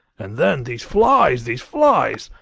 and then these flies, these flies!